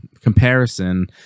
comparison